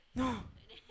no